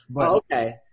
Okay